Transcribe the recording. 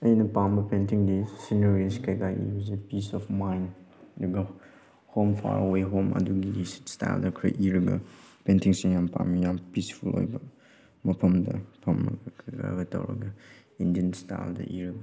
ꯑꯩꯅ ꯄꯥꯝꯕ ꯄꯦꯟꯇꯤꯡꯗꯤ ꯁꯤꯅꯔꯤꯁ ꯀꯩꯀꯥ ꯌꯦꯛꯄꯁꯤ ꯄꯤꯁ ꯑꯣꯐ ꯃꯥꯏꯟ ꯑꯗꯨꯒ ꯍꯣꯝ ꯐꯥꯔ ꯑꯋꯦ ꯍꯣꯝ ꯑꯗꯨꯒꯤ ꯏꯁꯇꯥꯏꯜꯗ ꯈꯔ ꯏꯔꯒ ꯄꯦꯟꯇꯤꯡꯁꯤ ꯌꯥꯝ ꯄꯥꯝꯃꯤ ꯌꯥꯝ ꯄꯤꯁꯐꯨꯜ ꯑꯣꯏꯕ ꯃꯐꯝꯗ ꯐꯝꯃꯒ ꯀꯂꯔꯒ ꯇꯧꯔꯒ ꯏꯟꯗꯤꯌꯥꯟ ꯏꯁꯇꯥꯜꯗ ꯏꯔꯒ